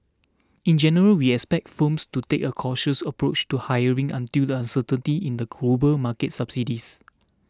in general we expect firms to take a cautious approach to hiring until the uncertainty in the global market subsides